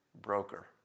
broker